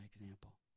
example